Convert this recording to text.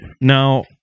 Now